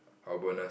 our bonus